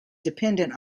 dependent